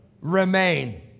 Remain